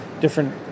different